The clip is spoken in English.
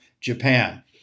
Japan